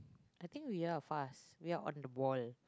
I think we are fast we are on the ball